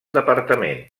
departament